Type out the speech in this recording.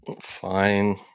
Fine